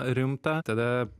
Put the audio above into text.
rimtą tada